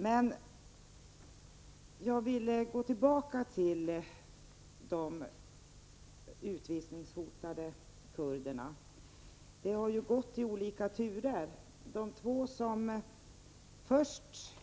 Men jag vill gå tillbaka till de utvisningshotade kurderna. Det har ju varit olika turer. De två som först